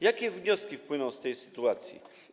Jakie wnioski płyną z tej sytuacji?